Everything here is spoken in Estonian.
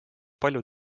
paljud